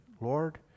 Lord